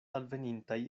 alvenintaj